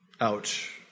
Ouch